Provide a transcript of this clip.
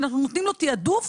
אנחנו נותנים לו תעדוף.